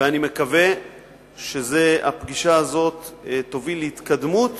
ואני מקווה שהפגישה הזאת תוביל להתקדמות